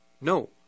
No